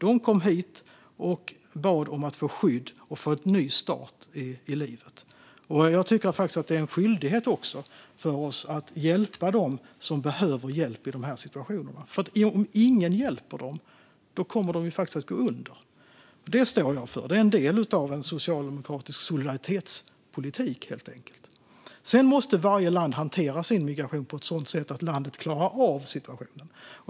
De kom hit och bad om skydd och en ny start i livet. Jag tycker faktiskt att det är vår skyldighet att hjälpa dem som behöver hjälp i de här situationerna, för om ingen hjälper dem kommer de att gå under. Detta står jag för. Det är helt enkelt en del av en socialdemokratisk solidaritetspolitik. Sedan måste varje land hantera sin migration på ett sådant sätt att landet klarar av situationen.